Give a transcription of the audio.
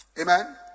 Amen